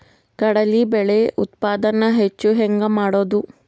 ಕಡಲಿ ಬೇಳೆ ಉತ್ಪಾದನ ಹೆಚ್ಚು ಹೆಂಗ ಮಾಡೊದು?